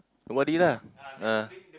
nobody lah ah